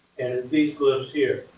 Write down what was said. these glyphs here.